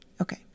Okay